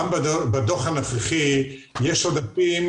גם בדוח הנוכחי יש עודפים